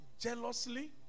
jealously